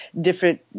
different